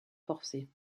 forcés